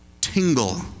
tingle